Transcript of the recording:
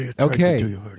Okay